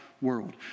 world